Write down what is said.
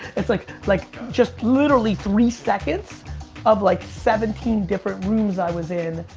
it's like like just literally three seconds of like seventeen different rooms i was in.